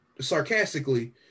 sarcastically